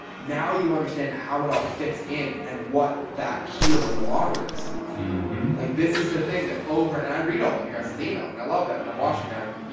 now you understand how it all fits in. and what that keel in the water is like, this is the thing that over, and i read all of your guys's emails and i love them and i'm watching them and, you